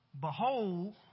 Behold